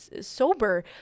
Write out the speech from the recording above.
sober